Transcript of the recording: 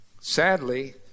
Sadly